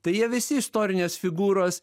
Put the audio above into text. tai jie visi istorinės figūros